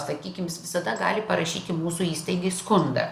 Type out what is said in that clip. sakykim jis visada gali parašyti mūsų įstaigai skundą